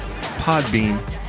Podbean